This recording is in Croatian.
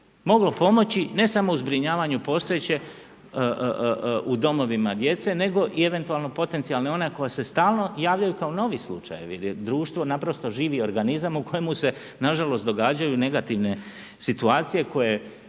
Moglo pomoći ne samo u zbrinjavanju postojeće u domovima djece nego i eventualno potencijalno one koja se stalno javljaju kao novi slučajevi jer je društvo naprosto živi organizam u kojemu se nažalost događaju negativne situacije koje